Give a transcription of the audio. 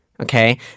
Okay